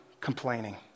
complaining